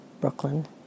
Brooklyn